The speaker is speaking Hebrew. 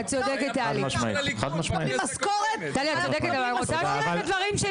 את צודקת אבל אני רוצה להשלים את הדברים שלי.